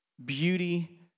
beauty